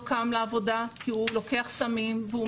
קם לעבודה כי הוא לוקח סמים והוא מסומם.